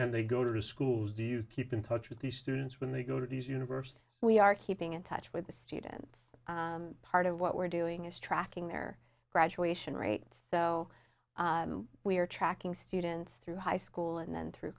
and they go to schools do you keep in touch with the students when they go to these university we are keeping in touch with the students part of what we're doing is tracking their graduation rates so we are tracking students through high school and then through